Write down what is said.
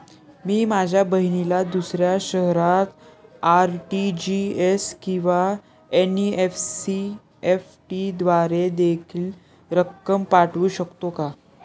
मी माझ्या बहिणीला दुसऱ्या शहरात आर.टी.जी.एस किंवा एन.इ.एफ.टी द्वारे देखील रक्कम पाठवू शकतो का?